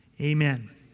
Amen